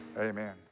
Amen